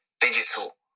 digital